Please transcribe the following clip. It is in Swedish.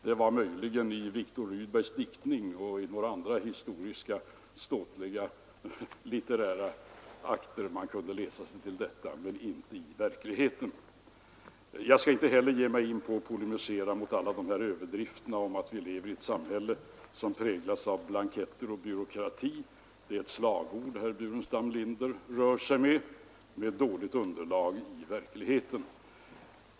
Det var möjligen i Viktor Rydbergs diktning och i våra andra ståtliga litterära akter med historiskt ämne man kunde läsa sig till detta, men inte i verkligheten. Jag skall inte heller ge mig in på att polemisera mot alla de här överdrifterna om att vi lever i ett samhälle som präglas av blanketter och byråkrati. Det är ett slagord som herr Burenstam Linder rör sig med, och det har dåligt underlag i verkligheten.